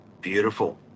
beautiful